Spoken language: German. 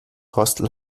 hostel